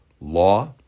law